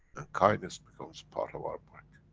and kindness becomes part of our work.